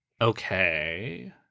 Okay